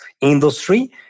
industry